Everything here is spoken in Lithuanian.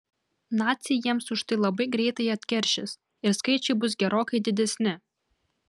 naciai jiems už tai labai greitai atkeršys ir skaičiai bus gerokai didesni